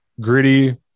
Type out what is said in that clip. gritty